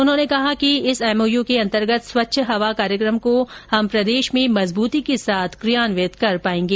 उन्होंने कहा कि इस एमओयू के अर्न्तगत स्वच्छ हवा कार्यक्रम को हम प्रदेश में मजबूती के साथ क्रियान्वित कर पाएंगे